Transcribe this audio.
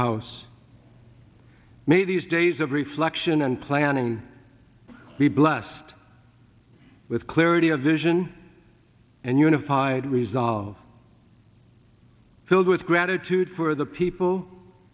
house may these days of reflection and planning be blessed with clarity of vision and unified resolve filled with gratitude for the people